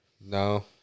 No